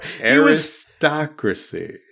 Aristocracy